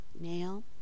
nail